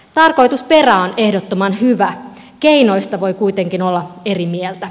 tarkoitusperä on ehdottoman hyvä keinoista voi kuitenkin olla eri mieltä